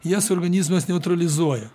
jas organizmas neutralizuoja